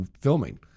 filming